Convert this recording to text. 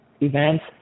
events